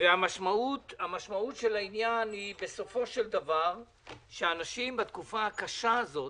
המשמעות של העניין היא בסופו של דבר שאנשים בתקופה הקשה הזאת